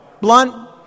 Blunt